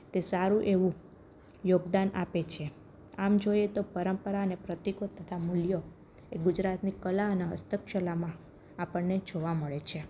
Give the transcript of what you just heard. તે સારું એવું યોગદાન આપે છે આમ જોઈએ તો પરંપરા અને પ્રતીકો તથા મૂલ્યો એ ગુજરાતની કલા અને હસ્તકલામાં આપણને જોવા મળે છે